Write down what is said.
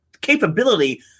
capability